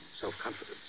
self-confidence